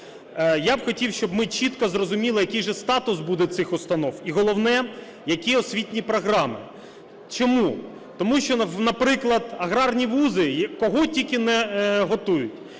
я хотів би, щоб ми чітко зрозуміли, який же статус буде цих установ, і головне – які освітні програми. Чому. Тому що, наприклад, аграрні вузи кого тільки не готують: